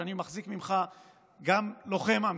שאני מחזיק ממך גם לוחם אמיץ,